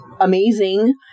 amazing